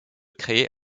créer